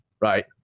right